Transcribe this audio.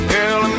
Girl